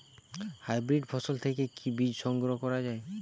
Hybrid ফসল থেকে কি বীজ সংগ্রহ করা য়ায়?